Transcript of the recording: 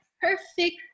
perfect